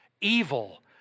evil